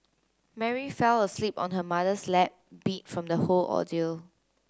Mary fell asleep on her mother's lap beat from the whole ordeal